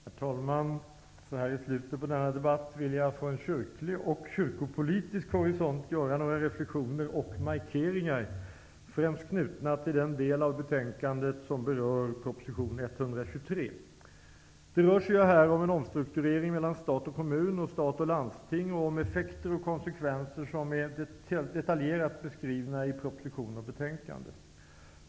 Herr talman! I slutet på denna debatt vill jag från kyrklig och kyrkopolitisk horisont göra några reflexioner och markeringar, främst knutna till den del av betänkandet som berör proposition 123. Det rör sig här om en omstrukturering mellan stat och kommun och mellan stat och landsting samt om effekter och konsekvenser som är detaljerat beskrivna i proposition och betänkande.